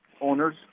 owners